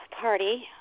party